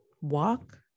walk